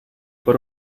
por